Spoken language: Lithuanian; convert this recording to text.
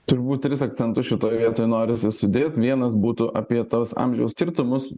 turbūt tris akcentus šitoj vietoj norisi sudėt vienas būtų apie tas amžiaus skirtumus